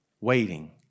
waiting